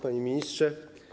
Panie Ministrze!